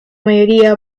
mayoría